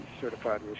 certified